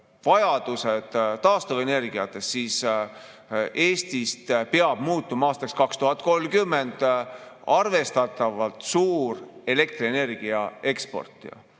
vajadused taastuvenergiatest, siis Eesti peab muutuma aastaks 2030 arvestatavalt suureks elektrienergia eksportijaks.